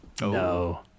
no